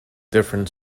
different